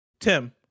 tim